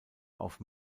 auf